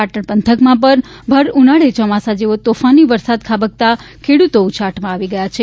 પાટણ પંથકમાં પગ્ન ભર ઉનાળે ચોમાસા જેવો તોફાની વરસાદ ખાબકતા ખેડૂતો ઉચાટમાં આવી ગયા છે